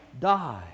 die